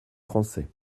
français